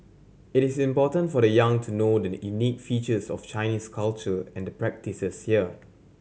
it is important for the young to know the unique features of Chinese culture and the practises here